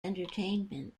entertainment